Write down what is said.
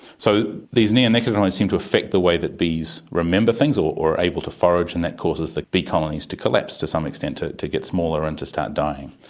so these neonicotinoids seem to affect the way that bees remember things or are able to forage, and that causes the bee colonies to collapse to some extent, to to get smaller and to start dying.